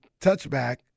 touchback